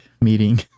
meeting